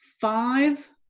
five